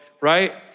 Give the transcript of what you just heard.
right